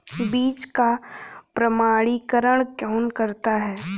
बीज का प्रमाणीकरण कौन करता है?